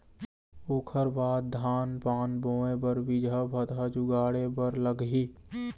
ओखर बाद धान पान बोंय बर बीजहा भतहा जुगाड़े बर लगही